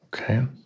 Okay